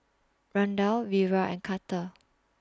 Randall Vira and Carter